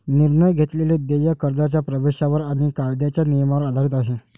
निर्णय घेतलेले देय कर्जाच्या प्रवेशावर आणि कायद्याच्या नियमांवर आधारित आहे